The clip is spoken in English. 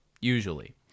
usually